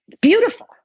beautiful